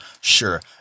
sure